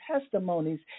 testimonies